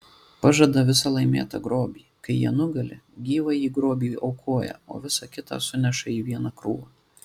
pažada visą laimėtą grobį kai jie nugali gyvąjį grobį aukoja o visa kita suneša į vieną krūvą